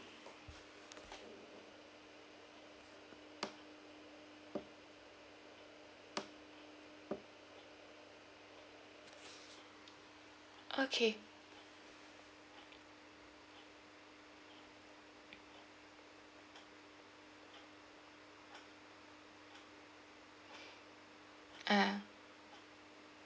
okay ah